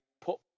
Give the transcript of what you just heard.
put